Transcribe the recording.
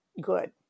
good